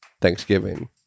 Thanksgiving